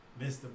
Mr